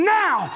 now